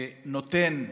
שנותן מגורים,